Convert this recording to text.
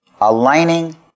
Aligning